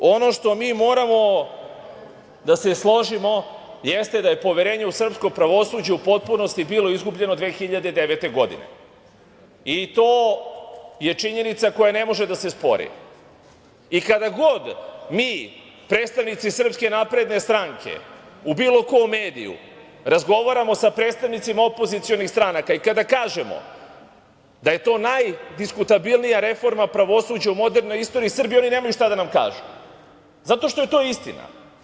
Ali, ono što mi moramo da se složimo, jeste da je poverenje u srpskom pravosuđu u potpunosti bilo izgubljeno 2009. godine i to je činjenica koja ne može da se spori, i kada god mi predstavnici SNS u bilo kom mediju razgovaramo sa predstavnicima opozicionih stranaka i kada kažemo da je to najdiskutabilnija reforma pravosuđa u modernoj istoriji Srbije, oni nemaju šta da nam kažu zato što je to istina.